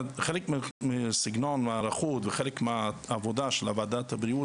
חלק מההיערכות ומהעבודה של ועדת הבריאות